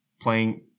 playing